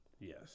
Yes